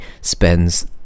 spends